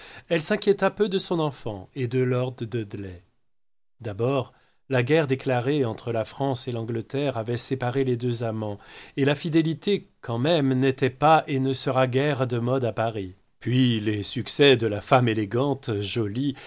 elle s'inquiéta peu de son enfant et de lord dudley d'abord la guerre déclarée entre la france et l'angleterre avait séparé les deux amants et la fidélité quand même n'était pas et ne sera guère de mode à paris puis les succès de la femme élégante jolie